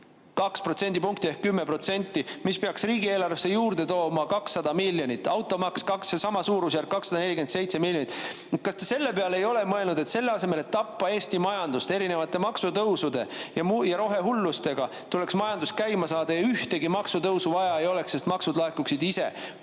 protsendipunkti ehk 10%, mis peaks riigieelarvesse juurde tooma 200 miljonit. Automaks on samas suurusjärgus: 247 miljonit. Kas te selle peale ei ole mõelnud, et selle asemel, et tappa Eesti majandust erinevate maksutõusude, rohehulluste ja muuga, tuleks majandus käima saada? Ühtegi maksutõusu siis vaja ei oleks, sest maksud laekuksid